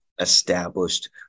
established